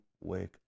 wake